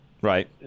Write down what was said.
Right